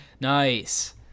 Nice